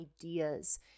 ideas